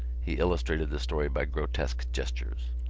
he illustrated the story by grotesque gestures.